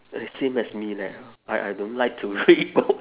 eh same as me leh I I don't like to read book